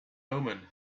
omen